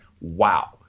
Wow